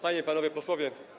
Panie i Panowie Posłowie!